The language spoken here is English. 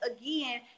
again